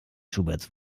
schuberts